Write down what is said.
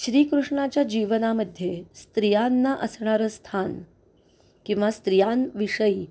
श्रीकृष्णाच्या जीवनामध्ये स्त्रियांना असणारं स्थान किंवा स्त्रियांविषयी